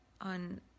on